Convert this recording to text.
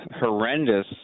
horrendous